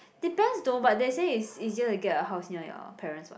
depends though but they say it's easier to get a house near your parents [what]